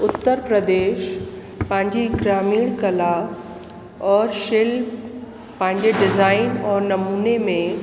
उत्तर प्रदेश पंहिंजी ग्रामीण कला और शिल्प पंहिंजे डिज़ाइन और नमूने में